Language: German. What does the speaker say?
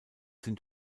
sind